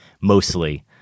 mostly